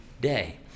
day